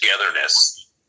togetherness